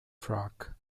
frock